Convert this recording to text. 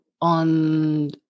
on